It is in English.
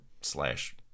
slash